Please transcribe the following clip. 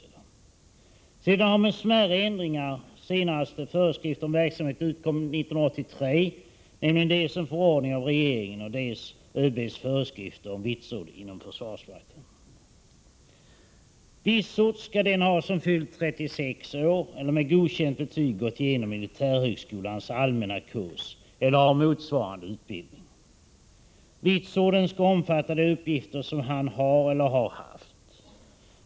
Därefter har, med smärre ändringar, föreskrifter om verksamheten utkommit — de senaste 1983, då det förelåg dels en förordning utfärdad av regeringen, dels ÖB:s föreskrifter om vitsord inom försvarsmakten. Vitsord skall den ha som fyllt 36 år eller med godkänt betyg gått igenom militärhögskolans allmänna kurs eller har motsvarande utbildning. Vitsorden skall omfatta de uppgifter som han har eller har haft.